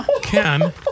Ken